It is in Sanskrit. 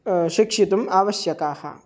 शिक्षितुम् आवश्यकाः